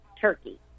turkey